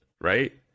right